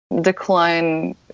decline